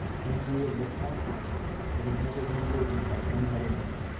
and created a confidence that had never been awakened by any other man.